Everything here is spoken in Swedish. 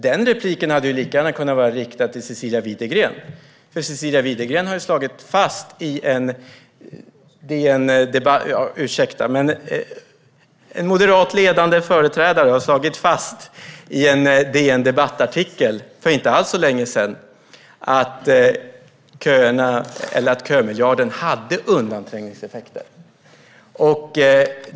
Den repliken hade lika gärna kunnat vara riktad till Cecilia Widegren, en ledande företrädare för Moderaterna, som för inte alls länge sedan slog fast i en artikel i DN Debatt att kömiljarden hade undanträngningseffekter.